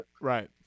Right